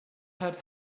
had